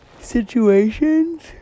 situations